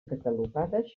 catalogades